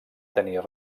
tenir